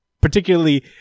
particularly